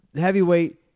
heavyweight